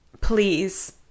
please